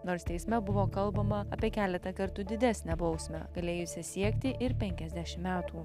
nors teisme buvo kalbama apie keletą kartų didesnę bausmę galėjusią siekti ir penkiasdešim metų